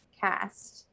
cast